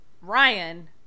Ryan